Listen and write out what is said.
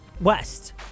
West